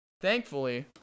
thankfully